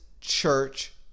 church